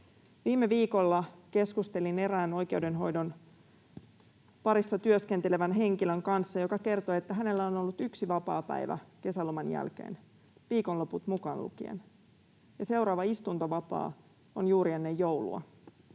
Viime viikolla keskustelin erään oikeudenhoidon parissa työskentelevän henkilön kanssa, joka kertoi, että hänellä on ollut yksi vapaapäivä kesäloman jälkeen viikonloput mukaan lukien ja seuraava istuntovapaa on juuri ennen joulua.